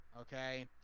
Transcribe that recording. Okay